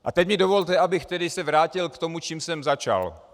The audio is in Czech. A teď mi dovolte, abych tedy se vrátil k tomu, čím jsem začal.